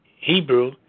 Hebrew